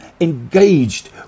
engaged